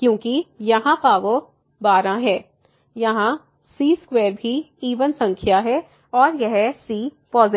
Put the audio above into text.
क्योंकि यहाँ पावर 12 है यहां c2 भी इवन संख्या है और यह c पॉजिटिव है